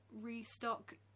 restock